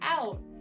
out